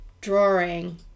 drawing